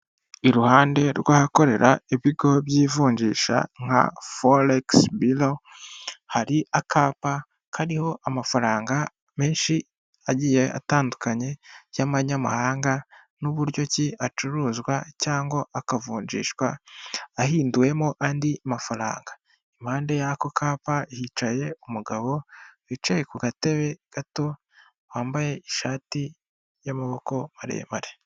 Iruhande rw'ahakorera ibiro by'ivunjisha nka forikisi biro, hari akapa kariho amafaranga menshi agiye atandukanye y'amanyamahanga n'uburyo ki acuruzwa cyangwa akavunjishwa, ahinduwemo andi mafaranga, impande y'ako kapa hicaye umugabo wicaye ku gatebe gato wambaye ishati y'amaboko maremare.